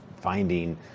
finding